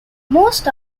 most